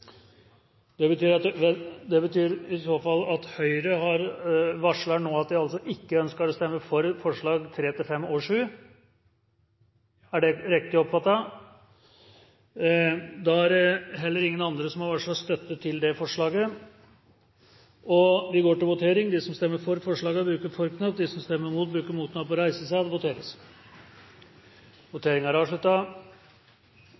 Det betyr i så fall at Høyre nå varsler at de ikke ønsker å stemme for forslagene nr. 3–5 og 7. Er det riktig oppfattet? Ja. Det er heller ingen andre som har varslet støtte til de forslagene, og vi går til votering. Det voteres